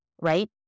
right